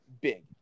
big